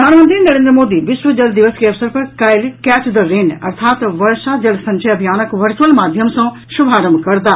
प्रधानमंत्री नरेन्द्र मोदी विश्व जल दिवस के अवसर पर काल्हि कैच द रेन अर्थात् वर्षा जल संचय अभियानक वर्चुअल माध्यम सँ शुभारंभ करताह